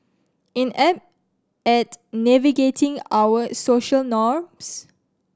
inept at navigating our social norms